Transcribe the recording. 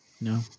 No